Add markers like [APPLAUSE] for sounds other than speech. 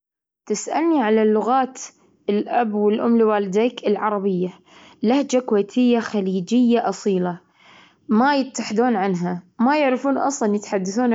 [HESITATION] طبعا، أجيد السباحة. أنا أحب أجيد السباحة، لكن ما أستطيع أعوم في العاصفة. صعبة وايد حيل، يعني ما أقدر، [HESITATION] يعني أطوف عوم، [HESITATION] في والدنيا عاصفة. ودي غلط وخطر علي بعد.